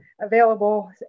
available